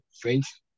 French